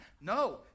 No